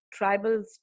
tribals